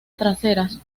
traseras